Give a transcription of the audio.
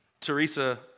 Teresa